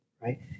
Right